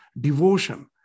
devotion